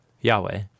Yahweh